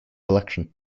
election